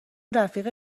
رفیق